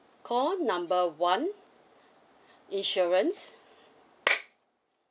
call number one insurance